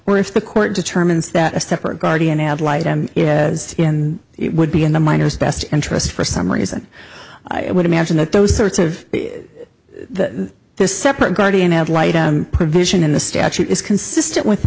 or if the court determines that a separate guardian ad litem would be in the minors best interest for some reason i would imagine that those sorts of the this separate guardian ad litum provision in the statute is consistent with the